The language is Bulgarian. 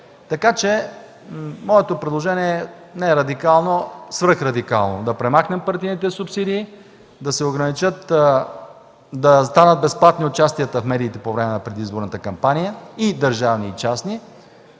Така че моето предложение не е радикално, а свръхрадикално – да премахнем партийните субсидии, да станат безплатни участията в медиите по време на предизборната кампания и държавни, и частни.